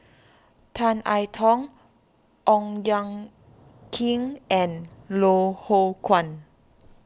Tan I Tong Ong Ye Kung and Loh Hoong Kwan